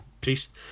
priest